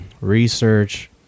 research